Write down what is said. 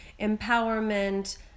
empowerment